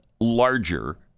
Larger